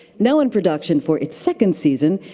now in production for its second season,